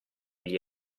gli